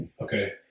okay